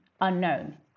unknown